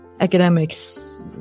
academics